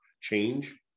change